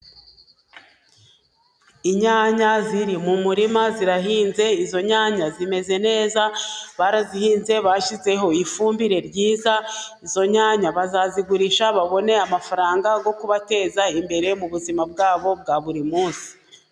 Inyanya ziri mu murima zirahinze, izo nyanya zimeze neza, barazihinze bashyizeho ifumbire nziiza, izo nyanya bazazigurisha babone amafaranga yo kubateza imbere mu buzima bwabo bwa buri munsi.